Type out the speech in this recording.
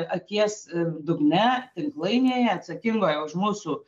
akies dugne tinklainėje atsakingoje už mūsų